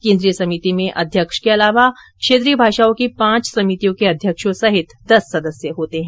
केंद्रीय समिति में अध्यक्ष के अलावा क्षेत्रीय भाषाओं की पांच समितियों के अध्यक्षों सहित दस सदस्य होते हैं